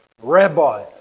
Rabbi